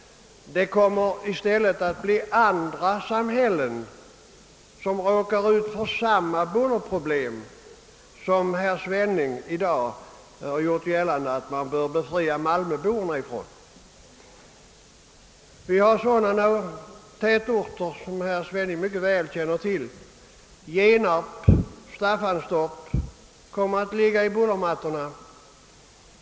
Det blir då andra samhällen som råkar ut för de bullerproblem som herr Svenning i dag gjorde gällande att man bör befria malmöborna från. Sålunda kommer, såsom herr Svenning mycket väl känner till, tätorter som Genarp och Staffanstorp att ligga under dessa bullermattor.